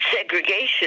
segregation